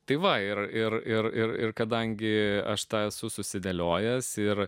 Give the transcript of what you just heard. tai va ir ir ir ir ir kadangi aš tą esu susidėliojęs ir